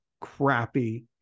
crappy